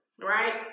right